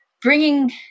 bringing